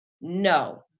No